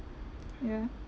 yeah